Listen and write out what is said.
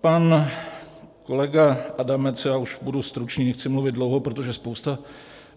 Pan kolega Adamec já už budu stručný, nechci mluvit dlouho, protože spousta